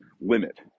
limit